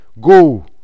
go